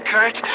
Kurt